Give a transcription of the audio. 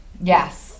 Yes